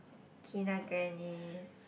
Kina-Grannis